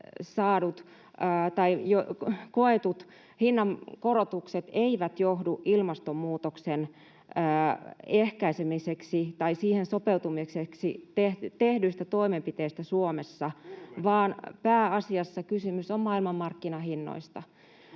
koetut hinnankorotukset eivät johdu ilmastonmuutoksen ehkäisemiseksi tai siihen sopeutumiseksi tehdyistä toimenpiteistä Suomessa, [Sebastian Tynkkynen: Turve!] vaan pääasiassa kysymys on maailmanmarkkinahinnoista.